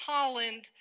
Holland